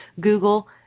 Google